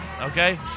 okay